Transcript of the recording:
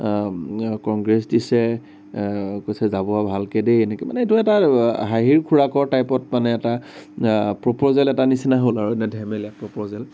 congrats দিছে কৈছে যাব ভালকে দেই এনেকে মানে এইটো এটা হাঁহিৰ খোৰাকৰ টাইপত মানে এটা প্ৰপ'জেল এটা নিচিনা হ'ল আৰু এনে ধেমেলীয়া প্ৰপ'জেল